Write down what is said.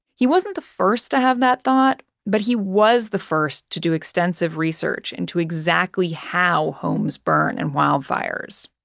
he wasn't the first to have that thought, but he was the first to do extensive research into exactly how homes burn in and wildfires.